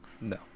No